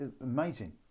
Amazing